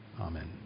Amen